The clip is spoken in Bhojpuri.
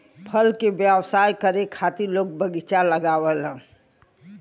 फल के व्यवसाय करे खातिर लोग बगीचा लगावलन